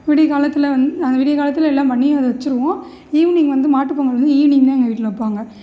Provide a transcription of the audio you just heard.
விடியற் காலத்தில் வந்து அந்த விடியற் காலத்தில் எல்லாம் பண்ணி அதை வச்சுருவோம் ஈவ்னிங் வந்து மாட்டுப்பொங்கல் வந்து ஈவ்னிங் தான் எங்கள் வீட்டில் வைப்பாங்க